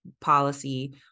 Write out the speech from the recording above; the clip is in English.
policy